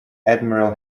admiral